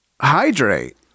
hydrate